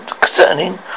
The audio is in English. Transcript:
concerning